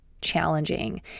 challenging